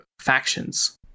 factions